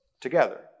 together